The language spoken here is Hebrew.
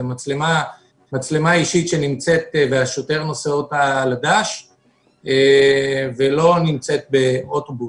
מצלמה אישית שהשוטר נושא על הדש ולא נמצאת באוטובוס.